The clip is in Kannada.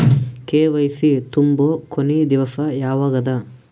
ಕೆ.ವೈ.ಸಿ ತುಂಬೊ ಕೊನಿ ದಿವಸ ಯಾವಗದ?